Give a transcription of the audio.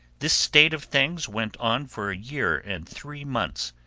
this state of things went on for a year and three months,